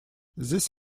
this